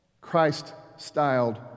Christ-styled